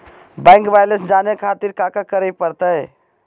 Bank balance जाने खातिर काका करे पड़तई?